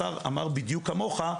השר אמר בדיוק כמוך,